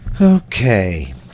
Okay